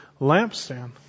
lampstand